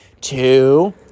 Two